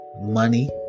money